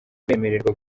bemerewe